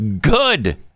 Good